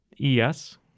E-S